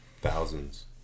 thousands